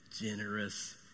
generous